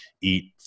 eat